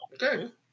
Okay